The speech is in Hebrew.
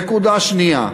נקודה שנייה,